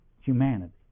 humanity